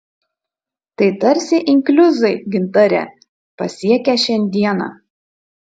tai tarsi inkliuzai gintare pasiekę šiandieną